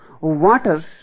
water